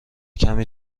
کمی